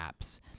apps